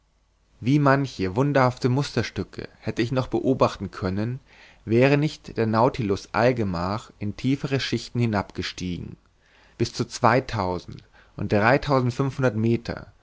wie manche wunderhafte musterstücke hätte ich noch beobachten können wäre nicht der nautilus allgemach in tiefere schichten hinabgegangen bis zu zweitausend und dreitausendfünfhundert meter